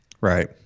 Right